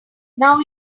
now